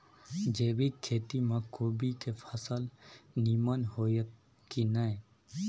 जैविक खेती म कोबी के फसल नीमन होतय की नय?